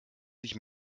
sich